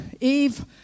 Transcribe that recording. Eve